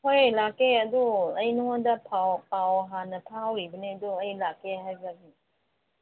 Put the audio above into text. ꯍꯣꯏ ꯂꯥꯛꯀꯦ ꯑꯗꯨ ꯑꯩ ꯅꯉꯣꯟꯗ ꯄꯥꯎ ꯍꯥꯟꯅ ꯐꯥꯎꯔꯤꯕꯅꯦ ꯑꯗꯣ ꯑꯩ ꯂꯥꯛꯀꯦ ꯍꯥꯏꯕꯒꯤ